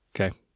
Okay